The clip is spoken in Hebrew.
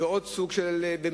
ועוד סוג מיוחד,